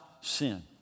sin